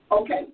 Okay